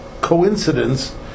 coincidence